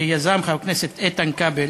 שיזם חבר הכנסת איתן כבל